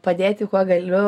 padėti kuo galiu